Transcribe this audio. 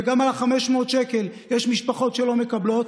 גם את ה-500 שקל יש משפחות שלא מקבלות,